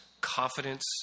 Confidence